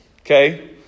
Okay